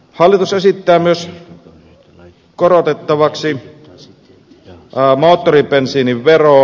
hallitus esittää myös korotettavaksi moottoribensiinin veroa